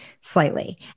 slightly